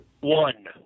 One